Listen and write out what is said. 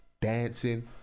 dancing